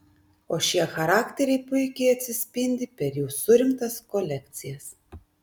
o šie charakteriai puikiai atsispindi per jų surinktas kolekcijas